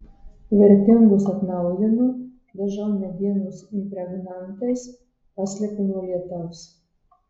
vertingus atnaujinu dažau medienos impregnantais paslepiu nuo lietaus